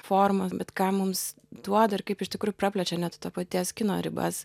formą bet ką mums duoda ir kaip iš tikrųjų praplečia net to paties kino ribas